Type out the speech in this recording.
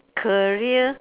career